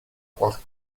qualche